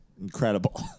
Incredible